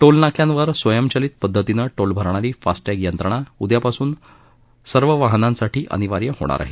टोलनाक्यांवर स्वयंचलित पद्धतीनं टोल भरणारी फास्टॅग यंत्रणा उद्यापासून सर्व वाहनांसाठी अनिवार्य होणार आहे